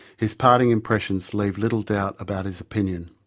his parting impressions leave little doubt about his opinion.